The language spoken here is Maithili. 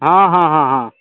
हँ हँ हँ हँ